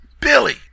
Billy